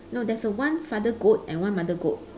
no that's a one father goat and one mother goat